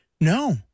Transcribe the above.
No